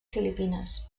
filipines